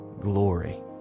glory